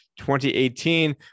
2018